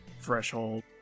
threshold